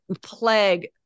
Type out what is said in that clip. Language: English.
plague